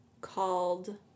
called